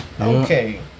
Okay